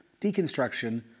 deconstruction